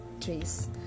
trees